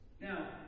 Now